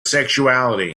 sexuality